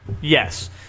Yes